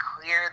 clear